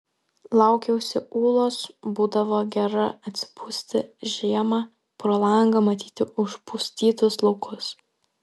laukiausi ūlos būdavo gera atsibusti žiemą pro langą matyti užpustytus laukus